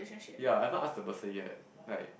ya I haven't ask the person yet like